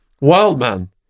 Wildman